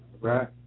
Right